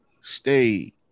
stay